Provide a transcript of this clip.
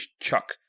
chuck